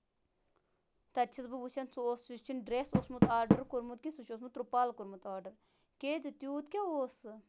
تَتہِ چھَس بہٕ وُچھان سُہ اوس سُہ چھُنہٕ ڈریس اوٚسمُت آرڈر کوٚرمُت کیٚنہہ سُہ چھُ اوسمُت ترُپال کوٚرمُت آرڈر